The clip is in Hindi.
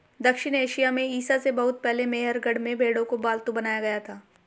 दक्षिण एशिया में ईसा से बहुत पहले मेहरगढ़ में भेंड़ों को पालतू बनाया गया